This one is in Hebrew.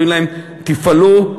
אומרים להם: תפעלו,